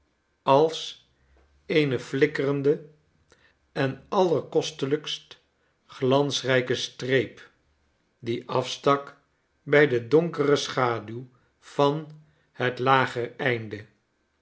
als eene flikkerende en allerkostelijkst glansrijke streep die afstak bij de donkere schaduw van het lagereinde